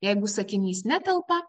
jeigu sakinys netelpa